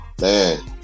man